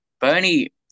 Bernie